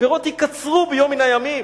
הפירות ייקצרו ביום מן הימים.